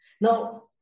Now